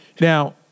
now